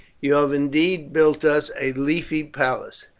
you have indeed built us a leafy palace.